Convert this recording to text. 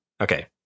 okay